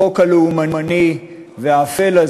החוק הלאומני והאפל הזה